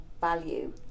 value